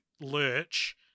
Lurch